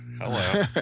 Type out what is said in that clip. Hello